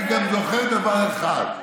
אתה יודע שאם לא הייתה, אני גם זוכר דבר אחד,